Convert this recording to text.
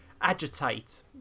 agitate